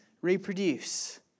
reproduce